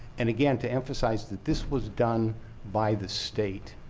and again to emphasize that this was done by the state,